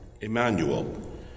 Emmanuel